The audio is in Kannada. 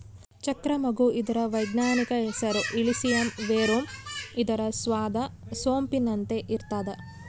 ಚಕ್ರ ಮಗ್ಗು ಇದರ ವೈಜ್ಞಾನಿಕ ಹೆಸರು ಇಲಿಸಿಯಂ ವೆರುಮ್ ಇದರ ಸ್ವಾದ ಸೊಂಪಿನಂತೆ ಇರ್ತಾದ